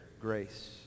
Grace